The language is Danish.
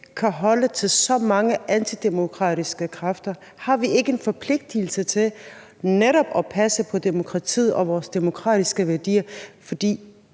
kan holde til så mange antidemokratiske kræfter. Har vi ikke en forpligtelse til netop at passe på demokratiet og vores demokratiske værdier? For